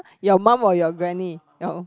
your mum or your granny your